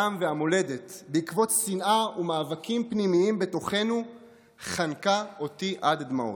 העם והמולדת בעקבות שנאה ומאבקים פנימיים בתוכנו חנקה אותי עד דמעות.